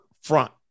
front